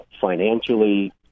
financially